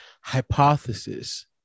hypothesis